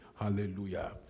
Hallelujah